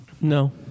No